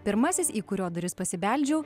pirmasis į kurio duris pasibeldžiau